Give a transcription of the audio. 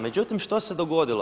Međutim što se dogodilo?